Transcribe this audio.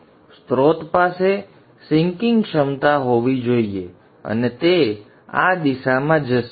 તેથી સ્રોત પાસે સિંકિંગ ક્ષમતા હોવી જોઈએ અને તે આ દિશામાં જશે